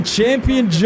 champion